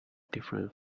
different